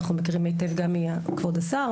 אנחנו מכירים היטב גם מכבוד השר,